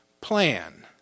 plan